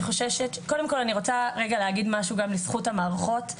קודם כל אני רוצה רגע להגיד משהו גם לזכות המערכות,